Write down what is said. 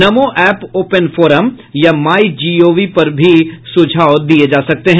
नमो app open forum या my G O V पर भी सुझाव दिये जा सकते हैं